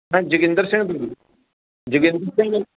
ਮੈ ਜੋਗਿੰਦਰ ਸਿੰਘ ਜੋਗਿੰਦਰ ਸਿੰਘ